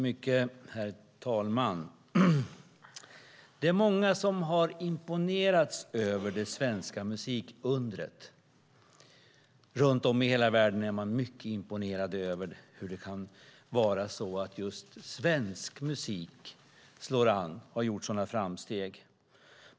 Herr talman! Det är många som har imponerats av det svenska musikundret. Runt om i hela världen är man mycket imponerad över hur det kan vara så att just svensk musik slår an och har gjort sådana framsteg.